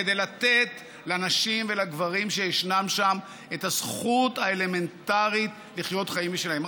כדי לתת לנשים ולגברים שישנם שם את הזכות האלמנטרית לחיות חיים משלהם.